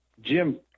Jim –